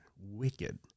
wicked